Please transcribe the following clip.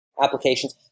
applications